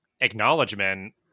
acknowledgement